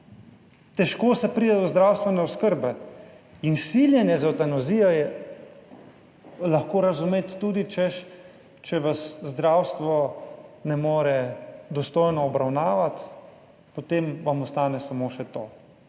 Težko se pride do zdravstvene oskrbe in siljenje z evtanazijo je lahko razumeti tudi, češ če vas zdravstvo ne more dostojno obravnavati, potem vam ostane samo še to.